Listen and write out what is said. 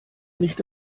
nicht